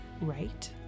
right